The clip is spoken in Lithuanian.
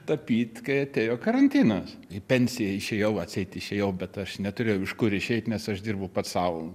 tapyt kai atėjo karantinas į pensiją išėjau atseit išėjau bet aš neturėjau iš kur išeit nes uždirbau pats sau